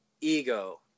ego